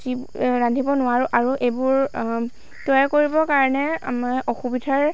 ৰান্ধিব নোৱাৰোঁ আৰু এইবোৰ তৈয়াৰ কৰিবৰ কাৰণে অসুবিধাৰ